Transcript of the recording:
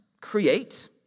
create